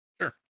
Sure